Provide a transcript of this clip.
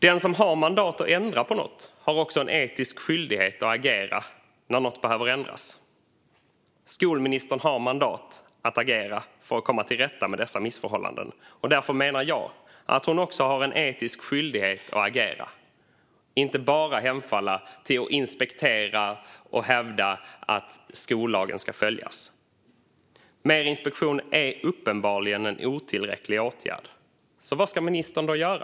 Den som har mandat att ändra på något har också en etisk skyldighet att agera när något behöver ändras. Skolministern har mandat att agera för att komma till rätta med dessa missförhållanden. Därför menar jag att hon också har en etisk skyldighet att agera och inte bara hemfalla till att inspektera och hävda att skollagen ska följas. Mer inspektion är uppenbarligen en otillräcklig åtgärd. Så vad ska ministern då göra?